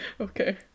Okay